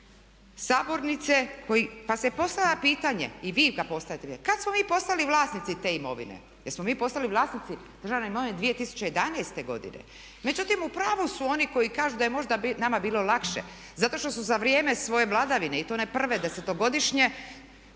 sabornice. Pa se postavlja pitanje i vi ga postavljate, kada smo mi postali vlasnici te imovine? Jesmo mi postali vlasnici državne imovine 2011. godine? Međutim u pravu su oni koji kažu da je možda nama bilo lakše zato što su za vrijeme svoje vladavine i to one prve desetogodišnje,